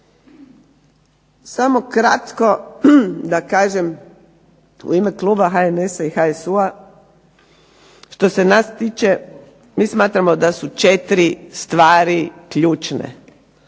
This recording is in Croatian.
Samo kratko da kažem u ime kluba HNS-HSU-a što se nas tiče mi smatramo da su 4 stvari ključne